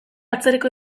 atzerriko